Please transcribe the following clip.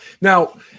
Now